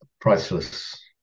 priceless